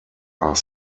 are